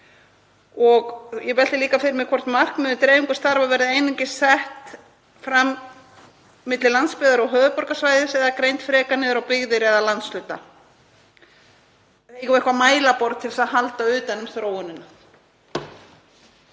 Ég velti líka fyrir mér hvort markmið um dreifingu starfa verði einungis sett fram milli landsbyggðar og höfuðborgarsvæðis eða greint frekar niður á byggðir eða landshluta og hafi eitthvert mælaborð til að halda utan um þróunina.